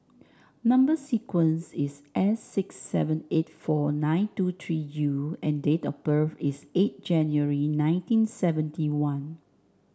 number sequence is S six seven eight four nine two three U and date of birth is eight January nineteen seventy one